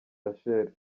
rachel